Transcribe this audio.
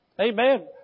Amen